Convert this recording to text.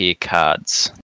cards